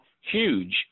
huge